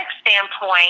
standpoint